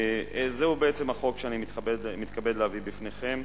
זה בעצם החוק שאני מתכבד להביא בפניכם,